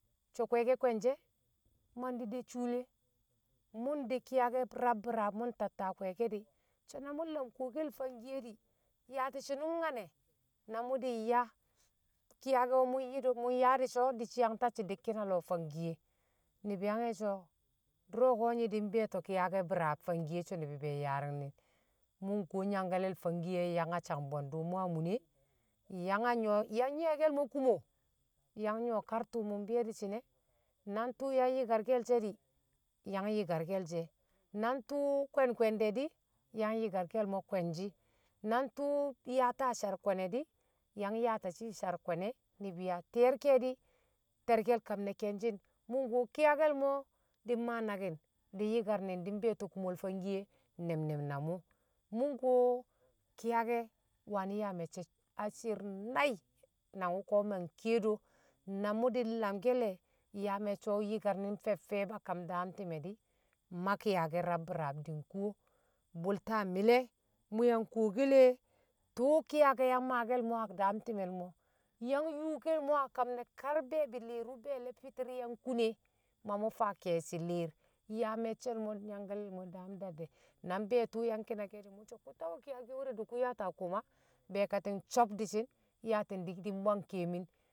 so̱ kwe̱e̱ke̱ kwe̱ngshe̱ mandi̱ de shuule mṵ de kijake rab bi raab mu nta ta kweekedi̱ so̱ na mṵ mlam kuwokel fangkiye di̱ yaati̱ shi̱nṵm nyane̱ na mṵ di nyaa kiyake̱ o̱ mṵ mṵ yaa di̱shi̱n o, dishi yang tacci̱ di̱kki̱n a lo̱o̱ fangkiye ni̱bi̱ yang ye̱shi̱ so̱ dṵro̱ko̱ nyi̱ di̱ mbi̱yo̱to̱ ki̱yake̱, bo̱raab fangkiye so̱ ni̱bi̱ be̱e̱ yaani̱ngni̱n, mṵ kuwo nyang kalel fangkiye yaanyang a sang bwe̱ndṵ mṵ a mun e̱ yang yo̱o̱ke̱l mo̱ kumo yang nyuwo̱ kar twṵ mṵ mbi̱yo̱ chi̱shi̱ne na ntṵṵ yang yikarke̱l she̱ di̱ yang yi̱ karke̱l na ntṵṵ kwe̱n- kwe̱nde̱ di̱ yang yi̱karke̱l mo̱ kwe̱nshi̱ na ntṵṵ yaata sar kwe̱ne̱di̱ yang yaati̱shi̱ sar kwe̱ne̱ ni̱bi̱ ya ti̱ye̱r ke̱e̱di̱ te̱rke̱l kamne̱ ke̱nshi̱n, mṵ nkuwo kiyake̱l mo̱ di̱ mmaa naki̱n di̱ yi̱kani̱ di̱ mbi̱yo̱to̱ kṵmol fangkiye ne̱m- ne̱m na mṵ mṵ nkuwo kiyake waani̱ yaa me̱cce̱ a shi̱i̱r nai̱ nang wṵ ko̱ mi̱ kiye do̱ na mu di̱ mlamke̱ le̱ yaa me̱cce̱ wṵ yi̱karmi̱n fe̱b- fe̱b a kam dam ti̱me̱ di̱ ma ki̱yake̱ rab bi̱raab di nkwuwo bṵlta mi̱le̱ mṵ yang kuwoke le twṵ ki̱yake̱ yang maake̱l mo̱ a daam time̱l mo̱ yang yuukel mo̱ abe̱e̱bi̱ li̱i̱r wṵ be̱e̱le̱ fi̱ti̱r yang kune, ma mṵ faa ke̱e̱shi̱ li̱i̱r yaa me̱cce̱l mo̱ nambe̱e̱ tṵṵ yang ki̱yake̱ were yaata koma, be̱e̱kati̱ng so̱b, di̱shi̱n yaati̱n di̱, di̱ mbwang keemin